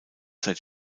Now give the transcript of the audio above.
zeit